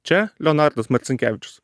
čia leonardas marcinkevičius